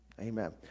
amen